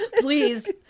please